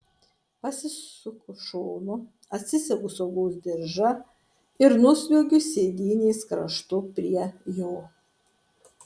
pasisuku šonu atsisegu saugos diržą ir nusliuogiu sėdynės kraštu prie jo